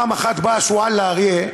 פעם אחת בא השועל לאריה,